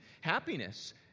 happiness